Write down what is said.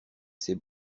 ces